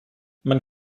man